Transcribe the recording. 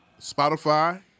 Spotify